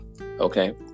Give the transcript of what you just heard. Okay